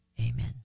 amen